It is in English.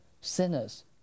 sinners